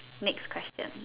next question